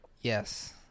Yes